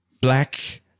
black